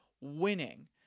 winning